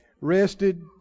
rested